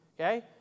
Okay